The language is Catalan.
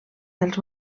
dels